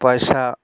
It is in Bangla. পয়সা